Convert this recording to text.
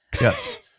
Yes